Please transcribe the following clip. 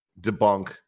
debunk